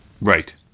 Right